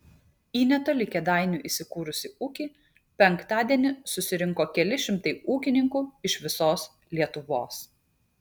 į netoli kėdainių įsikūrusį ūkį penktadienį susirinko keli šimtai ūkininkų iš visos lietuvos